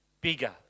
bigger